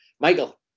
Michael